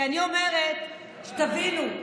כי אני אומרת, שתבינו,